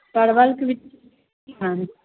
परबलके बिच्ची हँ